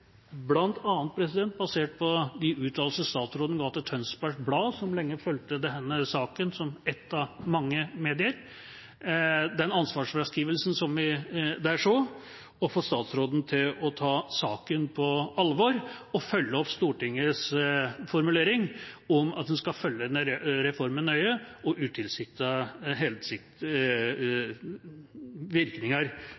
basert på de uttalelser statsråden ga til Tønsberg Blad, som lenge fulgte denne saken som ett av mange medier, og den ansvarsfraskrivelsen som vi der så, å få statsråden til å ta saken på alvor og følge opp Stortingets formulering om at en skal følge reformen og utilsiktede virkninger nøye.